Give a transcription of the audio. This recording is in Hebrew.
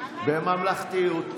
בממלכתיות,